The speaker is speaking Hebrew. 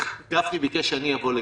גפני ביקש שאני אבוא לכספים.